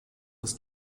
des